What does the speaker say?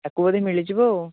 ତାକୁ ବୋଧେ ମିଳିଯିବ ଆଉ